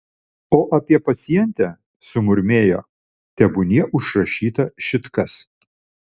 o apie pacientę sumurmėjo tebūnie užrašyta šit kas